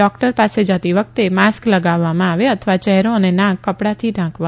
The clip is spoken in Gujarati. ડોક્ટરની પાસે જતી વખતે માસ્ક લગાવવામાં આવે અથવા ચહેરો અને નાક કપડાથી ઢાંકવામાં આવે